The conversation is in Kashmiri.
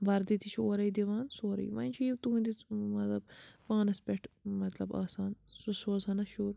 وردی تہِ چھِ اورٔے دِوان سورُے وۄنۍ چھُ یہِ تُہنٛدِس مطلب پانس پٮ۪ٹھ مطلب آسان ژٕ سوزٕ ہانہ شُر